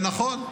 נכון,